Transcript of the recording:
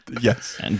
Yes